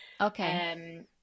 Okay